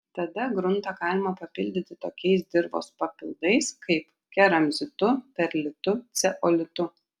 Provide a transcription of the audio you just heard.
tada gruntą galima papildyti tokiais dirvos papildais kaip keramzitu perlitu ceolitu